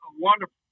wonderful